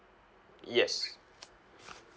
yes